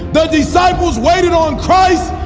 the disciples waited on christ.